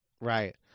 right